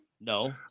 No